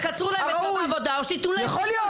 תקצרו להם את יום העבודה או שתיתנו להם --- יכול להיות.